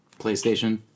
PlayStation